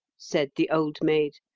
said the old maid.